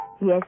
Yes